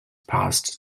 passed